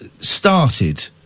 started